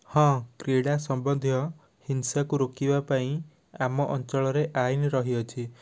ହଁ କ୍ରିଡ଼ା ସମ୍ବନ୍ଧୀୟ ହିଂସାକୁ ରୋକିବା ପାଇଁ ଆମ ଅଞ୍ଚଳରେ ଆଇନ୍ ରହିଅଛି